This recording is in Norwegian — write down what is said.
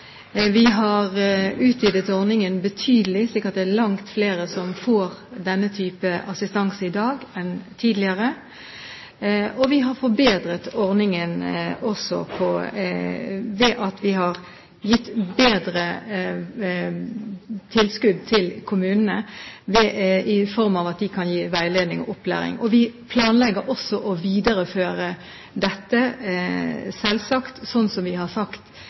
Vi har utvidet ordningen betydelig, slik at det er langt flere som får denne typen assistanse i dag enn tidligere. Vi har forbedret ordningen ved at vi har gitt bedre tilskudd til kommunene, i form av at de kan gi veiledning og opplæring. Vi planlegger også å videreføre dette, selvsagt, slik vi har sagt